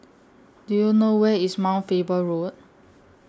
Do YOU know Where IS Mount Faber Road